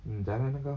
mm jalan ah kau